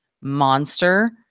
monster